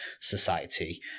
society